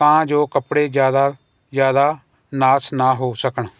ਤਾਂ ਜੋ ਕੱਪੜੇ ਜ਼ਿਆਦਾ ਜ਼ਿਆਦਾ ਨਾਸ ਨਾ ਹੋ ਸਕਣ